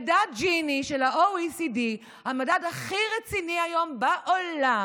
מדד ג'יני של ה-OECD, המדד הכי רציני היום בעולם,